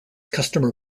customer